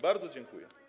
Bardzo dziękuję.